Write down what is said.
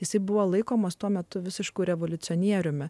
jisai buvo laikomas tuo metu visišku revoliucionieriumi